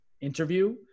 interview